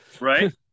right